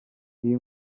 iyi